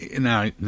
Now